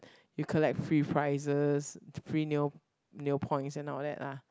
you collect free prizes free neo neo points and all that lah